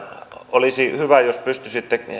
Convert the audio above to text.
olisi hyvä jos pystyisitte